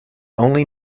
only